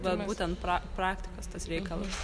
vat būtent pra praktikos tas reikalas